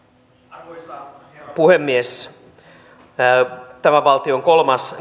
arvoisa herra puhemies tämä valtion kolmas